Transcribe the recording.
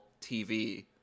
TV